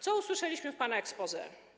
Co usłyszeliśmy w pana exposé?